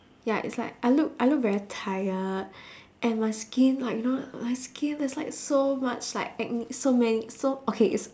ya it's like I look I look very tired and my skin like you know my skin there's like so much like acne so many so okay it's